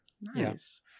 Nice